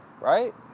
right